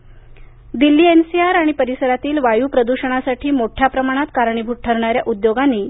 Y गणवत्ता आयोग Delhi NCR आणि परिसरातील वायू प्रदूषणासाठी मोठ्या प्रमाणात कारणीभूत ठरणाऱ्या उद्योगांनी